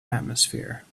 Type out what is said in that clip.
atmosphere